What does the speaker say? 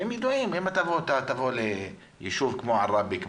שהם ידועים אם תבוא ליישוב כמו עראבה,